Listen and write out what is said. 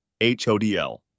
HODL